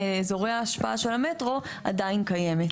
אזורי ההשפעה של המטרו עדיין קיימת.